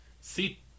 See